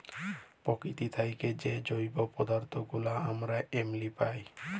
পকিতি থ্যাইকে যে জৈব সম্পদ গুলা আমরা এমলি পায়